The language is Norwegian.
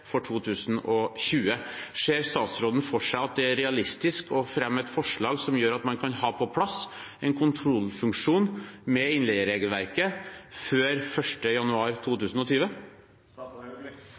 for 2020. Ser statsråden for seg at det er realistisk å fremme et forslag som gjør at man kan ha på plass en kontrollfunksjon med innleieregelverket før 1. januar